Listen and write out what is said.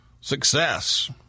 Success